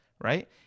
right